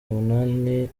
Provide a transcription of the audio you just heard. umunani